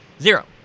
zero